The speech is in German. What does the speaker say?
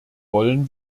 wollen